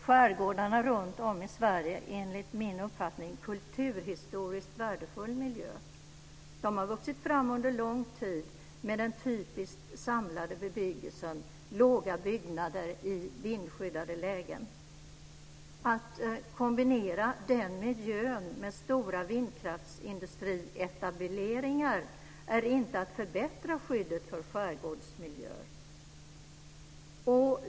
Skärgårdarna runtom i Sverige är enligt min uppfattning kulturhistoriskt värdefull miljö. De har vuxit fram under lång tid med den typiskt samlade bebyggelsen, låga byggnader i vindskyddade lägen. Att kombinera den miljön med stora vindkraftsindustrietableringar är inte att förbättra skyddet för skärgårdsmiljöer.